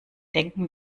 denken